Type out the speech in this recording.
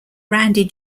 randy